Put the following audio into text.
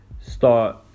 start